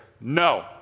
No